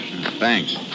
Thanks